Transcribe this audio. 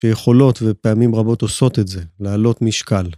יכולות, ופעמים רבות עושות את זה, לעלות משקל.